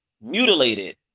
mutilated